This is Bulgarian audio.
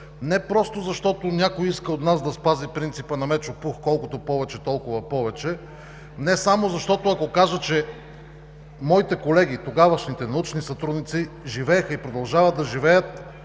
не просто защото някой от нас иска да се спази принципът на Мечо Пух „Колкото повече – толкова повече!“, не само защото мога да кажа, че моите колеги, тогавашните научни сътрудници живееха и продължават да живеят